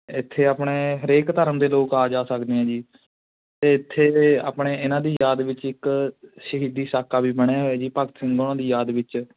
ਇੱਥੇ ਆਪਣੇ ਹਰੇਕ ਧਰਮ ਦੇ ਲੋਕ ਆ ਜਾ ਸਕਦੇ ਐਂ ਜੀ ਅਤੇ ਇੱਥੇ ਆਪਣੇ ਇਹਨਾਂ ਦੀ ਯਾਦ ਵਿੱਚ ਇੱਕ ਸ਼ਹੀਦੀ ਸਾਕਾ ਵੀ ਬਣਿਆ ਹੋਇਆ ਜੀ ਭਗਤ ਸਿੰਘ ਹੋਣਾ ਦੀ ਯਾਦ ਵਿੱਚ